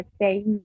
say